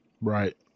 Right